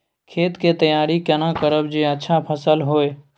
खेत के तैयारी केना करब जे अच्छा फसल होय?